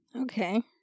okay